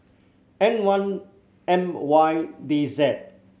N one M Y D Z